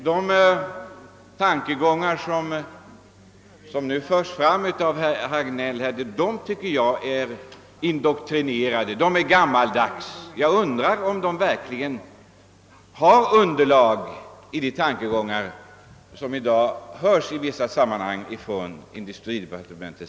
De tankegångar som nu förts fram av herr Hagnell tycker jag är indoktrinerande och gammaldags. Jag undrar om det verkligen finns underlag för dem inom industridepartementet.